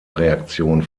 reaktion